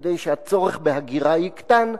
כדי שהצורך בהגירה יקטן,